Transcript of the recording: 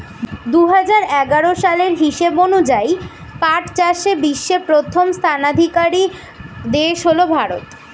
দুহাজার এগারো সালের হিসাব অনুযায়ী পাট চাষে বিশ্বে প্রথম স্থানাধিকারী দেশ হল ভারত